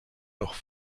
noch